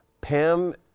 Pam